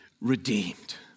redeemed